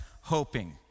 hoping